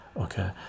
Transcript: okay